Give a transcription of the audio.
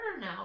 now